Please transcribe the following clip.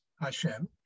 Hashem